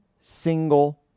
single